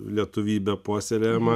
lietuvybė puoselėjama